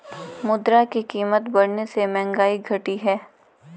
मुद्रा की कीमत बढ़ने से महंगाई घटी है